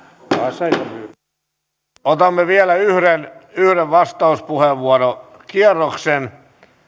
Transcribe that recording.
otamme vielä yhden vastauspuheenvuorokierroksen